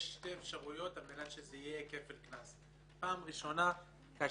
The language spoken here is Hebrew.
יש שתי אפשרויות על מנת שזה יהיה כפל קנס: פעם ראשונה כאשר